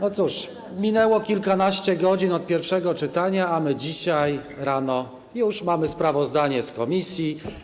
No cóż, minęło kilkanaście godzin od pierwszego czytania, a my dzisiaj rano już mamy sprawozdanie komisji.